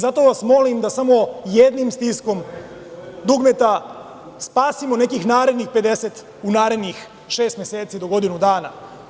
Zato vas molim da samo jednim stiskom dugmeta spasimo nekih narednih 50 života u narednih šest meseci do godinu dana.